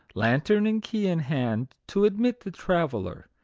lantern and key in hand, to admit the traveller,